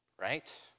Right